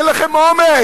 אין לכם אומץ.